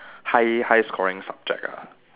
high high scoring subject lah